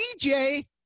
DJ